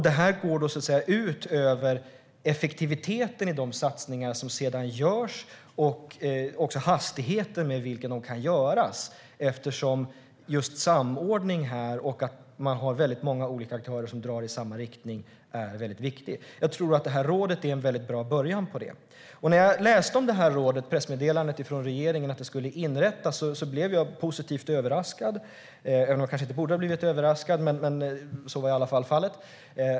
Detta går ut över effektiviteten i de satsningar som sedan görs och över hastigheten med vilken de kan göras eftersom just samordning och att man har många olika aktörer som drar i samma riktning är viktigt. Rådet är en bra början på det. När jag läste pressmeddelandet om att rådet skulle inrättas blev jag positivt överraskad över att man gör detta. Jag kanske inte borde ha blivit överraskad, men så var det i alla fall.